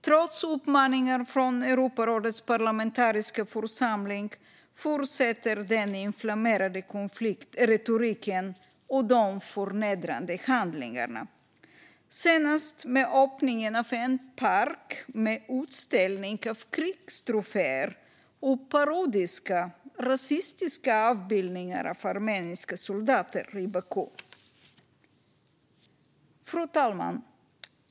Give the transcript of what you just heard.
Trots uppmaningar från Europarådets parlamentariska församling fortsätter den inflammerade retoriken och de förnedrande handlingarna, senast med öppnandet av en park i Baku med en utställning av krigstroféer och parodiska, rasistiska avbildningar av armeniska soldater. Fru talman!